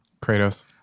Kratos